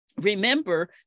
Remember